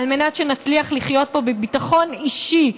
על מנת שנצליח לחיות פה בביטחון אישי,